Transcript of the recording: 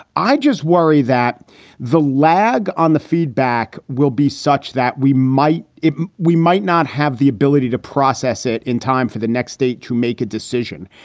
i just worry that the lag on the feedback will be such that we might we might not have the ability to process it in time for the next state to make a decision.